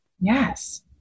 Yes